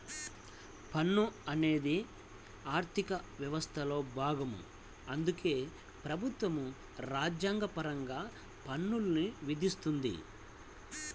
పన్ను అనేది ఆర్థిక వ్యవస్థలో భాగం అందుకే ప్రభుత్వం రాజ్యాంగపరంగా పన్నుల్ని విధిస్తుంది